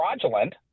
fraudulent